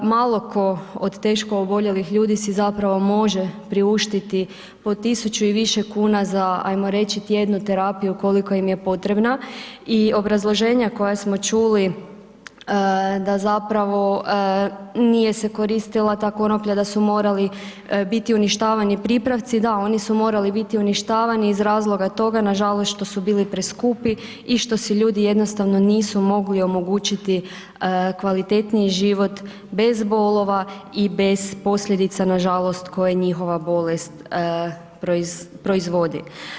Malo tko od teško oboljelih ljudi si zapravo može priuštiti po 1000 i više kuna za, hajmo reći tjednu terapiju koja im je potrebna i obrazloženja koja smo čuli da zapravo nije se koristila ta konoplja, da su morali biti uništavani pripravci, da, oni su morali biti uništavani iz razloga toga nažalost što su bili preskupi i što si ljudi jednostavno nisu mogli omogućiti kvalitetniji život bez bolova i bez posljedica nažalost, koje njihova bolest proizvodi.